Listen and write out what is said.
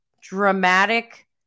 dramatic